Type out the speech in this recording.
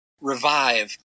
Revive